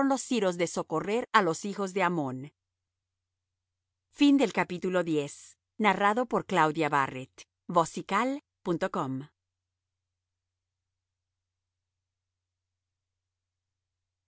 los siervos de david á la tierra de los hijos de ammón los